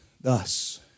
Thus